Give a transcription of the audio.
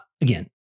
again